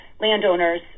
landowners